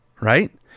right